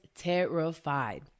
terrified